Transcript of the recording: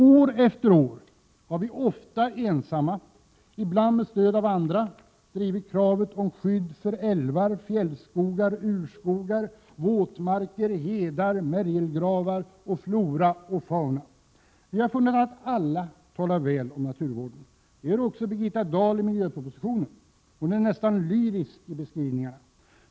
År efter år har vi — ofta ensamma, men ibland med stöd av andra — drivit kravet på skydd för älvar, fjällskogar, urskogar, våtmarker, hedar, märgelgravar, flora och fauna. Vi har funnit att alla talar väl om naturvården. Det gör också Birgitta Dahl i miljöpropositionen. Hon är nästan lyrisk i sina beskrivningar.